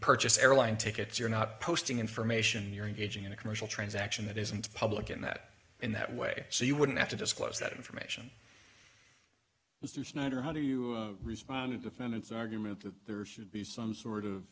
purchase airline tickets you're not posting information you're engaging in a commercial transaction that isn't public and that in that way so you wouldn't have to disclose that information to snyder how do you respond to defendant's argument that there should be some sort of